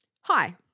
hi